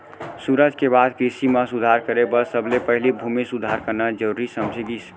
सुराज के बाद कृसि म सुधार करे बर सबले पहिली भूमि सुधार करना जरूरी समझे गिस